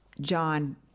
John